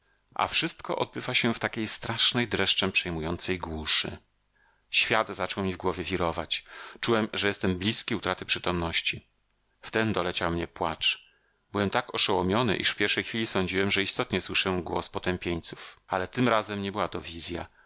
a wszystko odbywa się w takiej strasznej dreszczem przejmującej głuszy swiatświat zaczął mi w głowie wirować czułem że jestem blizki utraty przytomności wtem doleciał mnie płacz byłem tak oszołomiony iż w pierwszej chwili sądziłem że istotnie słyszę głos potępieńców ale tym razem nie była to wizja